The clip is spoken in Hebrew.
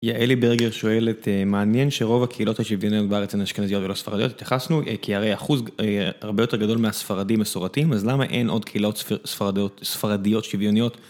יעלי ברגר שואלת, מעניין שרוב הקהילות השוויוניות בארץ הן אשכנזיות ולא ספרדיות, התייחסנו, כי הרי אחוז הרבה יותר גדול מהספרדים מסורתיים, אז למה אין עוד קהילות ספרדיות שוויוניות?